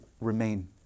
remain